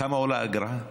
כמה עולה אגרה?